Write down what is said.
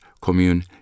commune